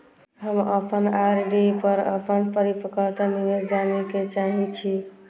हम अपन आर.डी पर अपन परिपक्वता निर्देश जाने के चाहि छी